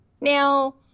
Now